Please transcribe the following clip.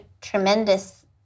tremendous